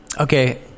Okay